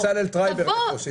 תזמין את בצלאל טרייבר לפה שיספר.